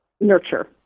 nurture